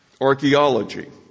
Archaeology